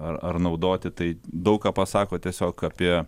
ar ar naudoti tai daug ką pasako tiesiog apie